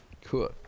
Cool